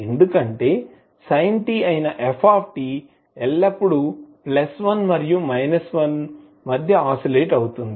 ఎందుకంటే sint అయిన f ఎల్లప్పుడూ ప్లస్ 1 మరియు మైనస్ 1 మధ్య ఆసిలేట్ అవుతుంది